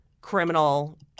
criminal